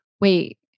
wait